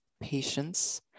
patience